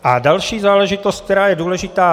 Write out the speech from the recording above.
A další záležitost, která je důležitá.